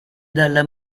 dalla